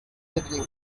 exactly